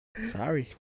Sorry